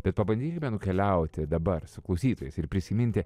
bet pabandykime nukeliauti dabar su klausytojais ir prisiminti